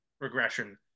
regression